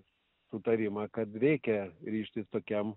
sutarimą kad reikia ryžtis tokiam